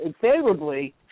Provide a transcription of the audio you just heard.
favorably